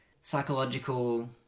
psychological